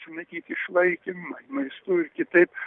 simonaitytė išlaikė maistu ir kitaip